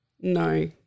No